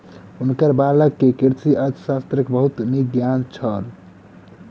हुनकर बालक के कृषि अर्थशास्त्रक बहुत नीक ज्ञान छल